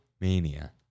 Mania